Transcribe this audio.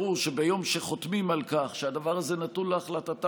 ברור שביום שחותמים על כך שהדבר הזה נתון להחלטתם,